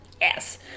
yes